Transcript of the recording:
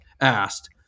asked